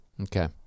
Okay